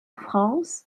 france